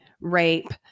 rape